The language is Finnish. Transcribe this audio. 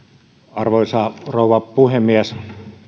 arvoisa rouva puhemies